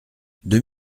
deux